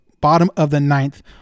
bottom-of-the-ninth